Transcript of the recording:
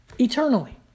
Eternally